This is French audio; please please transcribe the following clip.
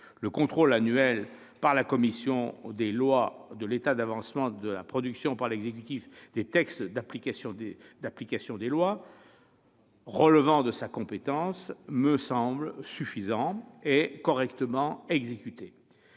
Le contrôle annuel, par la commission des lois, de l'état d'avancement de la production par l'exécutif des textes d'application des lois relevant de sa compétence me semble suffisant et correctement exécuté.